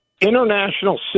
International